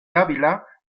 dávila